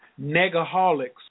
Negaholics